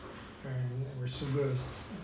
and with sugars